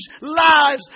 lives